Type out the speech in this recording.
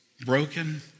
Broken